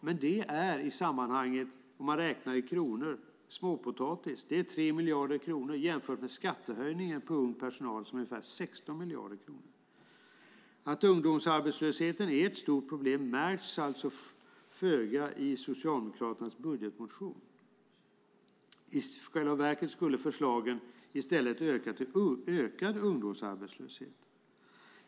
Men räknat i kronor är det i sammanhanget småpotatis - 3 miljarder kronor, att jämföra med en skattehöjning för att ha ung personal med ungefär 16 miljarder kronor. Att ungdomsarbetslösheten är ett stort problem märks alltså föga i Socialdemokraternas budgetmotion. I själva verket skulle förslagen i stället leda till ökad ungdomsarbetslöshet.